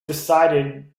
decided